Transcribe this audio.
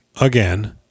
again